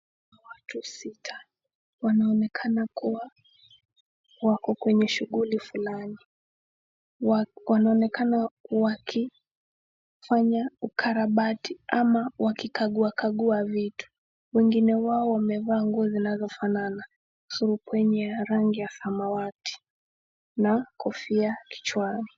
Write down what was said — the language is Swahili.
Watu sita wanaonekana kuwa wako kwenye shughuli fulani, wanaonekana wakifanya ukarabati ama wakikaguakagua vitu. Wengine wao wamevaa nguo zinazofanana, suruprenye ya rangi ya samawati na kofia kichwani.